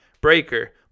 Breaker